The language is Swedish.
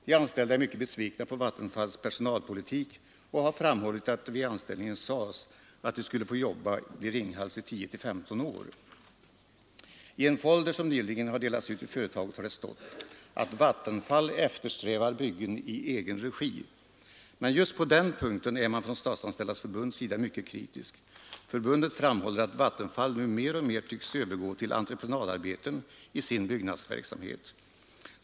De anställda är mycket besvikna på Vattenfalls personalpolitik och har framhållit att det vid anställningen sades att de skulle få jobba vid Ringhals i 10—15 år. I en folder som nyligen delats ut inom företaget har det stått att Vattenfall eftersträvar byggen i egen regi. Men just på den punkten är man från Statsanställdas förbunds sida mycket kritisk. Förbundet framhåller att Vattenfall nu mer och mer tycks övergå till entreprenadarbeten i sin byggnadsverksamhet.